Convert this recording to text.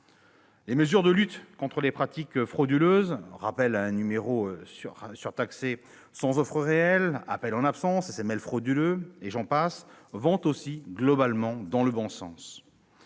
Les mesures de lutte contre les pratiques frauduleuses- rappel à un numéro surtaxé sans offre réelle, appels en absence, SMS frauduleux, et j'en passe -vont aussi globalement dans le bon sens.